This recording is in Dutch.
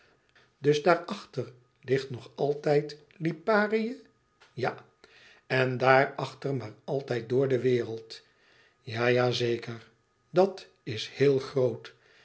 dus daar achter ligt nog altijd liparië ja en daar achter maar altijd door de wereld ja ja zeker dat is heel groot